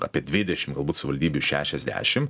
apie dvidešimt galbūt savivaldybių iš šešiasdešimt